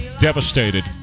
devastated